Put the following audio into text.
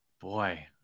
Boy